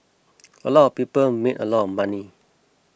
a lot of people made a lot of money